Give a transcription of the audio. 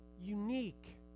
unique